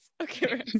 okay